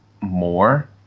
more